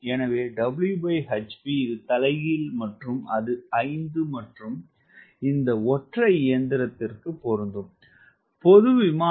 எனவே Whp இது தலைகீழ் மற்றும் அது 5 மற்றும் இந்த ஒற்றை இயந்திரம் பொது விமான விமானம் 0